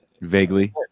Vaguely